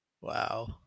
Wow